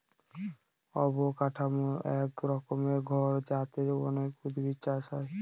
অবকাঠামো এক রকমের ঘর যাতে অনেক উদ্ভিদ চাষ হয়